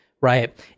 right